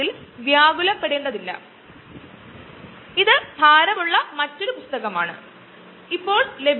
അസംസ്കൃത എണ്ണയിൽ നിന്ന് ലഭിക്കുന്ന പെട്രോളിയത്തിനോ ഡീസലിനോ പകരം വയ്ക്കുന്ന ഇന്ധനങ്ങളാണ് ഇവയെല്ലാം